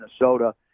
Minnesota